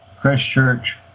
Christchurch